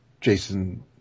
Jason